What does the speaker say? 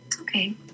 Okay